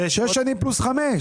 לא, שש שנים פלוס חמש.